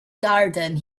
garden